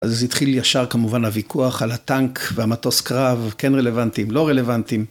אז התחיל ישר כמובן הוויכוח על הטנק והמטוס קרב, כן רלוונטיים, לא רלוונטיים.